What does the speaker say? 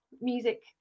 music